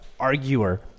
arguer